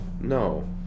no